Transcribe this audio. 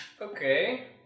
Okay